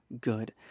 good